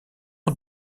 ont